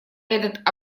этот